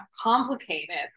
complicated